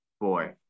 boy